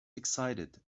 excited